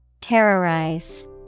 Terrorize